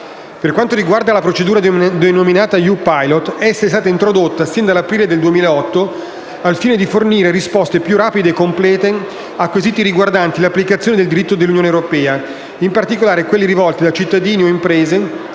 Per quanto riguarda la procedura denominata "EU Pilot", essa è stata introdotta sin dall'aprile del 2008, al fine di fornire risposte più rapide e complete a quesiti riguardanti l'applicazione del diritto dell'Unione europea, in particolare quelli rivolti da cittadini o imprese,